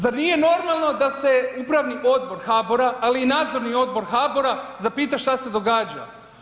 Zar nije normalno da se Upravni odbor HBOR-a, ali i Nadzorni odbor HBOR-a zapita što se događa?